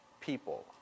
people